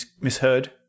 misheard